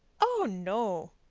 oh, no,